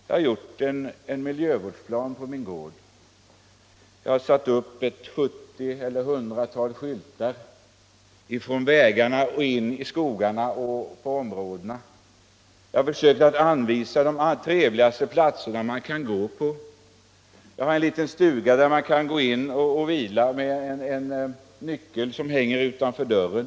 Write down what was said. Jag har med andra ord gjort en miljövårdsplan på min gård och satt upp något hundratal skyltar från vägarna in i skogarna och markerna. Jag har försökt anvisa de trevligaste platserna att vandra till. Jag har också en liten stuga där gästerna kan gå in och vila sig. Nyckeln hänger utanför dörren.